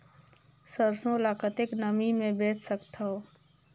सरसो ल कतेक नमी मे बेच सकथव?